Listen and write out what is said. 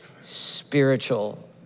spiritual